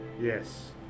Yes